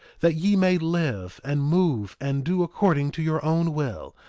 that ye may live and move and do according to your own will,